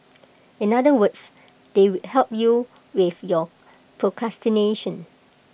in other words they help you with your procrastination